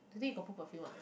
today you got put perfume ah